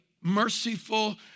merciful